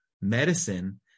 medicine